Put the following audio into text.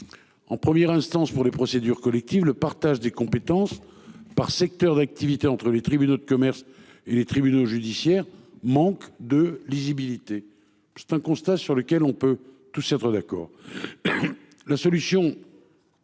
en première instance pour les procédures collectives, le partage des compétences par secteur d'activité entre les tribunaux de commerce et les tribunaux judiciaires manque de lisibilité. C'est un constat sur lequel on peut tous être d'accord. La solution